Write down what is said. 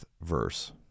verse